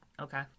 Okay